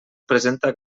presenta